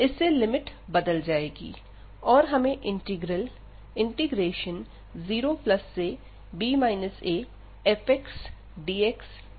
इससे लिमिट बदल जाएगी और हमें इंटीग्रल 0b afx dx मिलेगा